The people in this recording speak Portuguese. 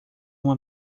uma